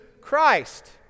Christ